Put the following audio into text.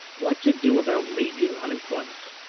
what to do about raging unemployment?